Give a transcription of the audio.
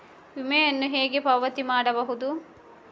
ವಿಮೆಯನ್ನು ಹೇಗೆ ಪಾವತಿ ಮಾಡಬಹುದು?